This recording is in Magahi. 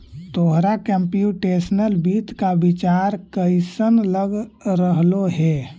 तोहरा कंप्युटेशनल वित्त का विचार कइसन लग रहलो हे